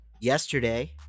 yesterday